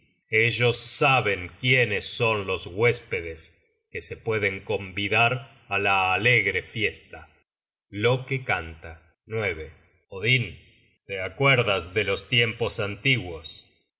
ellos saben quiénes son los huéspedes que se pueden convidar á la alegre fiesta content from google book search generated at loke cania odin te acuerdas de los tiempos antiguos